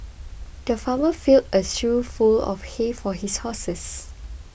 the farmer filled a shoe full of hay for his horses